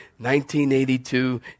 1982